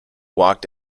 walked